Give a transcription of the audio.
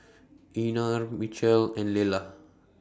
Einar Mitchel and Lella